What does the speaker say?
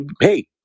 Hey